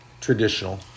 traditional